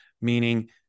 Meaning